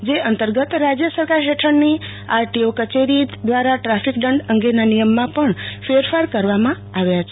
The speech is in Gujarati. જે અંતર્ગત રાજ્ય સરકાર ફેઠળની આરટીઓ કચેરી દ્વારા ટ્રાફિક દંડ અંગેના નિયમમાં પણ ફેરફાર કરવામાં આવ્યો છે